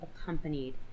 accompanied